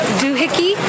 doohickey